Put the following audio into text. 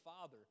Father